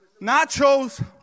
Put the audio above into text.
Nachos